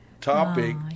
topic